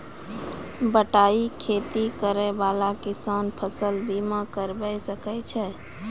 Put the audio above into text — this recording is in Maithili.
बटाई खेती करै वाला किसान फ़सल बीमा करबै सकै छौ?